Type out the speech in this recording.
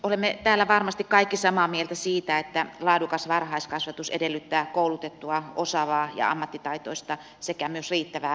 olemme täällä varmasti kaikki samaa mieltä siitä että laadukas varhaiskasvatus edellyttää koulutettua osaavaa ja ammattitaitoista sekä myös riittävää henkilöstöä